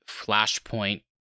Flashpoint